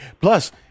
Plus